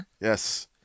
yes